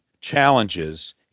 challenges